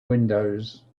windows